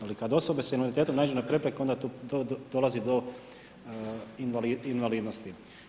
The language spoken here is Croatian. Ali kad osobe s invaliditetom naiđu na prepreku, onda tu dolazi do invalidnosti.